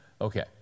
Okay